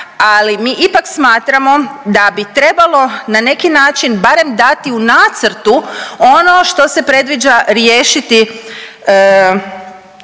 ali mi ipak smatramo da bi trebalo na neki način barem dati u nacrtu ono što se predviđa riješiti